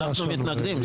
אנחנו מתנגדים.